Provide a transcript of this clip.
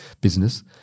business